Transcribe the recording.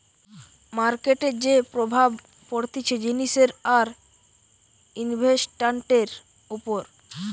মার্কেটের যে প্রভাব পড়তিছে জিনিসের আর ইনভেস্টান্টের উপর